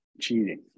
cheating